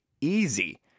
easy